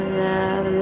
love